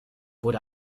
wurde